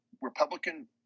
Republican